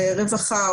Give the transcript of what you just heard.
רווחה,